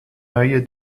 neue